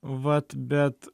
vat bet